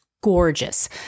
gorgeous